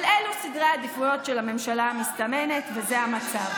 אבל אלו סדרי העדיפויות של הממשלה המסתמנת וזה המצב.